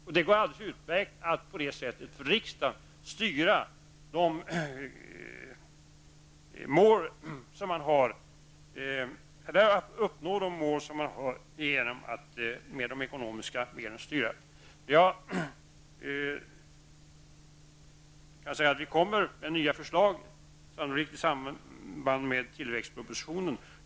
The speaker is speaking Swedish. För riksdagen går det alldeles utmärkt att uppnå målet genom att styra med hjälp av de ekonomiska medlen. Vi kommer att lägga fram nya förslag i samband med tilläggspropositionen.